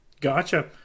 Gotcha